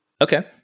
Okay